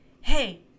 hey